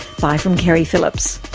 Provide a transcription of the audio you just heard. bye from keri phillips